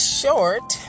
short